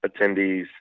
attendees